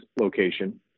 location